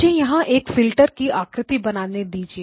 मुझे यहां एक फिल्टर की आकृति बनाने दीजिए